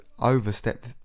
overstepped